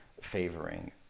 favoring